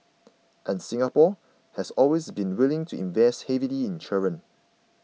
and Singapore has always been willing to invest heavily in children